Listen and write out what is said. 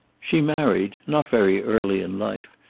she married, not very early in life,